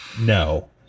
no